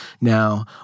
now